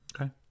Okay